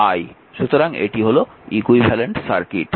সুতরাং এটি হল ইকুইভ্যালেন্ট সার্কিট